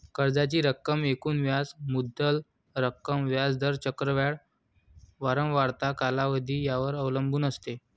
कर्जाची रक्कम एकूण व्याज मुद्दल रक्कम, व्याज दर, चक्रवाढ वारंवारता, कालावधी यावर अवलंबून असते